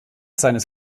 seines